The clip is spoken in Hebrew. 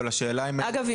אגב,